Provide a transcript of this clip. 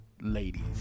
Ladies